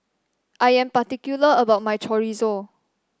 I am particular about my chorizo